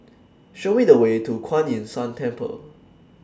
Show Me The Way to Kuan Yin San Temple